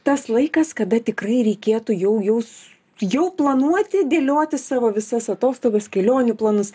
tas laikas kada tikrai reikėtų jau jūs jau planuoti dėlioti savo visas atostogas kelionių planus